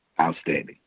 Outstanding